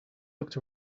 looked